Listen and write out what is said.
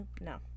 no